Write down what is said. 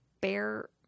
Bear